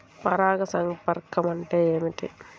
పరాగ సంపర్కం అంటే ఏమిటి?